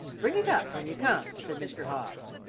bring it up when you come, said mr. hobbs,